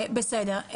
בסדר.